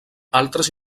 altres